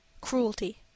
cruelty